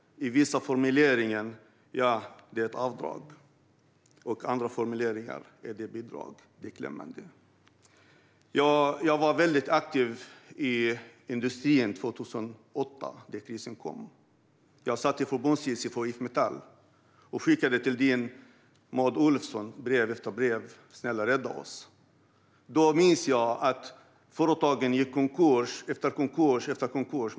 I vissa formuleringar är det avdrag. I andra formuleringar är det bidrag. Det är beklämmande. Jag var väldigt aktiv i industrin 2008, då krisen kom. Jag satt i förbundsstyrelsen för IF Metall och skickade brev efter brev till din allianskollega Maud Olofsson: Snälla, rädda oss! Jag minns att företag efter företag gick i konkurs.